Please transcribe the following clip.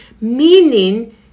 Meaning